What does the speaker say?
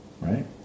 right